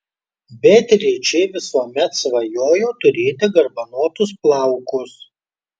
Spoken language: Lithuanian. beatričė visuomet svajojo turėti garbanotus plaukus